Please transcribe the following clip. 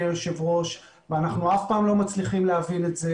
היושב ראש ואנחנו אף פעם לא מצליחים להבין את זה